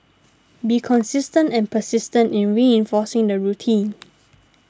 be consistent and persistent in reinforcing the routine